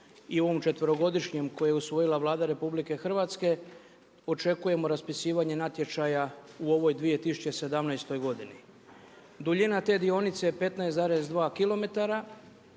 i ovom četverogodišnjem koji je usvojila Vlada RH očekujemo raspisivanje natječaja u ovoj 2017. godini. Duljina te dionice je 15,2 km,